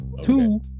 Two